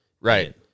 right